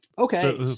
Okay